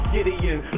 Gideon